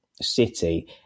city